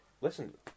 Listen